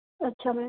अच्छा मैम